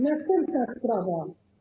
Następna sprawa.